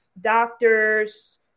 doctors